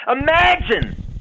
Imagine